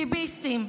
ביביסטים,